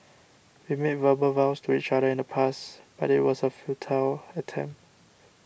we made verbal vows to each other in the past but it was a futile attempt